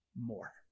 more